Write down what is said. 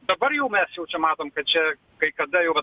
dabar jau mes jau čia matom kad čia kai kada jau vat